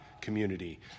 community